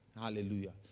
Hallelujah